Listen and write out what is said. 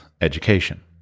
education